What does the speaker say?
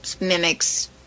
mimics